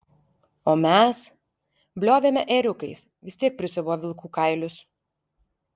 o mes bliovėme ėriukais vis tiek prisiuvo vilkų kailius